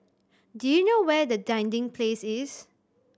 do you know where is Dinding Place